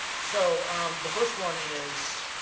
so the first one is,